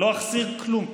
לא אחסיר כלום.